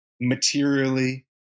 materially